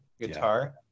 guitar